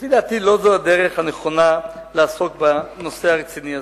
לפי דעתי לא זאת הדרך הנכונה לעסוק בנושא הרציני הזה.